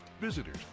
visitors